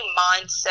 mindset